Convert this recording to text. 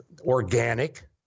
organic